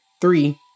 three